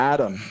Adam